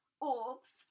orbs